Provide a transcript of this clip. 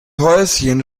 häuschen